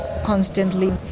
constantly